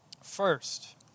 First